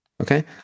Okay